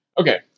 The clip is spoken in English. Okay